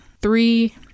three